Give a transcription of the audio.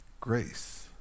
Grace